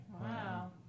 Wow